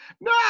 No